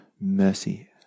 mercy